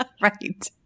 Right